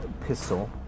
pistol